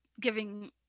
giving